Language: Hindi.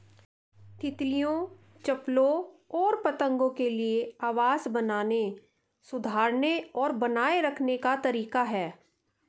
तितलियों, चप्पलों और पतंगों के लिए आवास बनाने, सुधारने और बनाए रखने का तरीका है